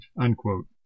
unquote